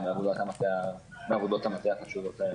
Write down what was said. שאפשר בעבודות המטה החשובות האלה.